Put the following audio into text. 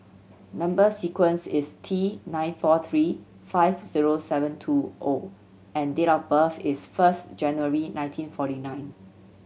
number sequence is T nine four three five zero seven two O and date of birth is first January nineteen forty nine